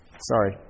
Sorry